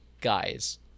Guys